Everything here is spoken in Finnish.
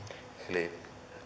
eli